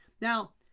Now